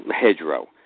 hedgerow